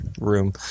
room